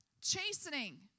Chastening